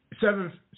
seven